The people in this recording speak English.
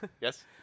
Yes